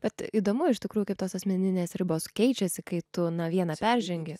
bet įdomu iš tikrųjų kaip tos asmeninės ribos keičiasi kai tu vieną peržengi